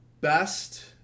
best